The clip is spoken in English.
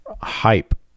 hype